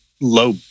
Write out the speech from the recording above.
low